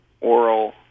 oral